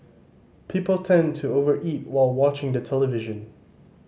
people tend to over eat while watching the television